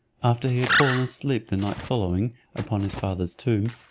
after he had fallen asleep the night following upon his father's tomb,